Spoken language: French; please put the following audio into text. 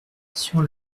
sur